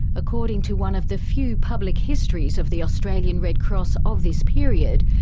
according to one of the few public histories of the australian red cross of this period,